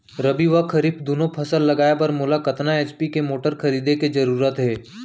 रबि व खरीफ दुनो फसल लगाए बर मोला कतना एच.पी के मोटर खरीदे के जरूरत हे?